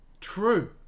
True